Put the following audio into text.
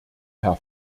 herr